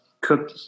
cook